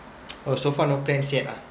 oh so far no plans yet ah